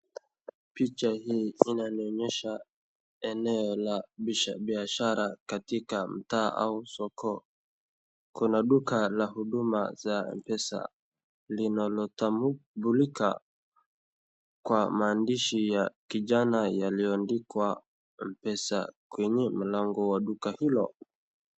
Picha hii inanionyesha eneo la biashara katika mtaa au soko, kuna duka la huduma za pesa, linalotambulika kwa maandishi ya kijani yaliyoandikwa mpesa kwenye mlango wa duka hilo.